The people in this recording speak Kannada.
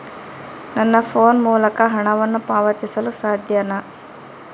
ನನ್ನ ಫೋನ್ ಮೂಲಕ ಹಣವನ್ನು ಪಾವತಿಸಲು ಸಾಧ್ಯನಾ?